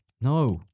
No